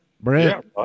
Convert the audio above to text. Brent